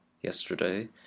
yesterday